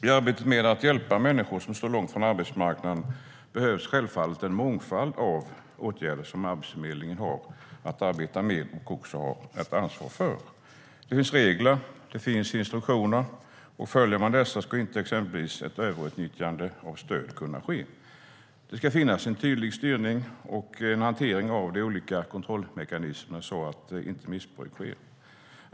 I arbetet med att hjälpa människor som står långt från arbetsmarknaden behövs självfallet den mångfald av åtgärder som Arbetsförmedlingen har att arbeta med och också har ett ansvar för. Det finns regler och instruktioner. Följer man dessa ska inte exempelvis ett överutnyttjande av stöd kunna ske. Det ska finnas en tydlig styrning och en hantering av de olika kontrollmekanismerna så att missbruk inte sker.